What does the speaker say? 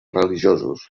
religiosos